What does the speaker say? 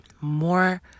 more